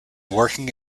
working